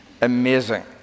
Amazing